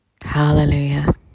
hallelujah